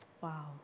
wow